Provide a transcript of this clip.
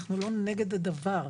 אנחנו לא נגד הדבר.